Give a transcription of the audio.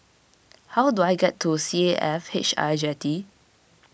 how do I get to C A F H I Jetty